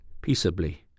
Peaceably